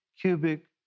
cubic